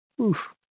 oof